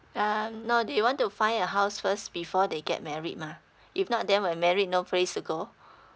um no they want to find a house first before they get married mah if not then when married no place to go